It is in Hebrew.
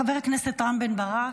חבר הכנסת רם בן ברק,